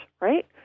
right